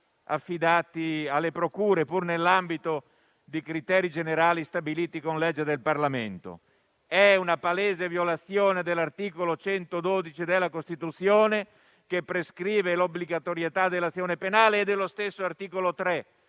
affidati alle procure, pur nell'ambito di criteri generali stabiliti con legge del Parlamento. È una palese violazione degli articoli 112, che prescrive l'obbligatorietà dell'azione penale, e 3 della Costituzione,